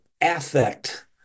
affect